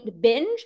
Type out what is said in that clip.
binge